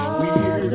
weird